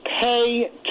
pay